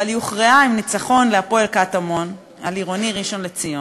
אבל היא הוכרעה עם ניצחון ל"הפועל קטמון" על "עירוני ראשון-לציון",